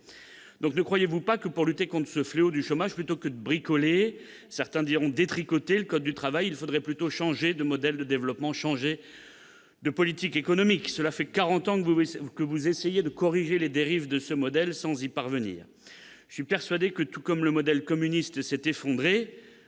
Ne croyez-vous donc pas que, pour lutter contre le fléau du chômage, plutôt que de bricoler- certains diront détricoter -le code du travail, il faudrait changer de modèle de développement, changer de politique économique ? Cela fait quarante ans que vous essayez de corriger les dérives de ce modèle sans y parvenir. Je suis persuadé que, tout comme le modèle communiste s'est effondré,